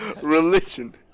Religion